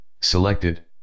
selected